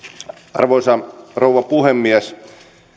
arvoisa rouva puhemies